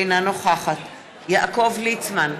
אינה נוכחת יעקב ליצמן,